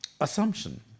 assumption